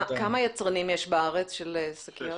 כמה יצרנים של שקיות יש בארץ?